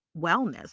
wellness